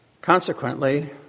Consequently